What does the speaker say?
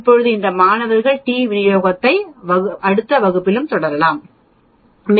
இப்போது இந்த மாணவர் டி விநியோகத்தை அடுத்த வகுப்பிலும் தொடருவோம்